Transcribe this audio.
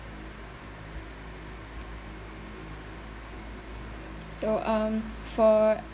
so um for